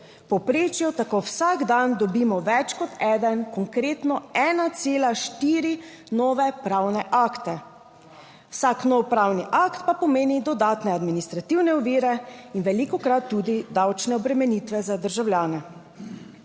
povprečju tako vsak dan dobimo več kot eden, konkretno 1,4 nove pravne akte, vsak nov pravni akt pa pomeni dodatne administrativne ovire in velikokrat tudi davčne obremenitve za državljane.